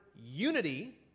unity